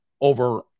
over